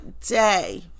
day